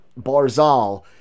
Barzal